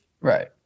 right